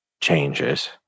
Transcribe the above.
changes